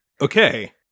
Okay